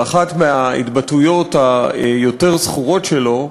באחת מההתבטאויות היותר-זכורות שלו,